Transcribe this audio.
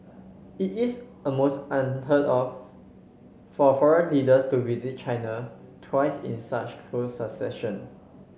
it is almost unheard of for foreign leaders to visit China twice in such close succession